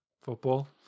football